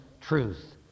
truth